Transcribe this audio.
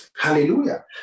Hallelujah